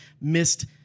missed